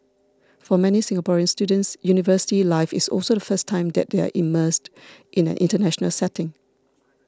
for many Singaporean students university life is also the first time that they are immersed in an international setting